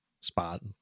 spot